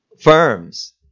firms